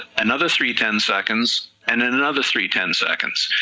another three ten seconds, and then another three ten seconds,